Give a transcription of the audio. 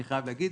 אני חייב להגיד,